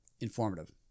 informative